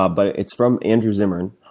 but it's from andrew zimmern.